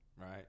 Right